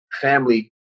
family